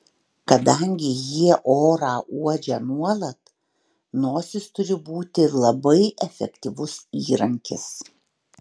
kadangi jie orą uodžia nuolat nosis turi būti labai efektyvus įrankis